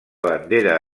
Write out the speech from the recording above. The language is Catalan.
bandera